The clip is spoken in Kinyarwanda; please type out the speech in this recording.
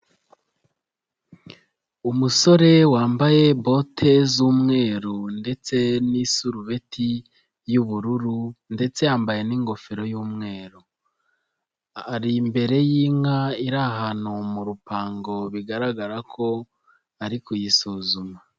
Umusore wambaye bote z'umweru ndetse n'isurubeti y'ubururu ndetse yambaye n'ingofero y'umweru, ari imbere y'inka iri ahantu mu rupango bigaragara ko ari kuyisuzuma.